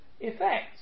effects